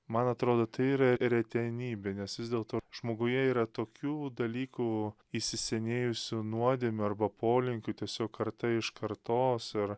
man atrodo tai yra retenybė nes vis dėlto žmoguje yra tokių dalykų įsisenėjusių nuodėmių arba polinkių tiesiog karta iš kartos ir